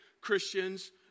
Christians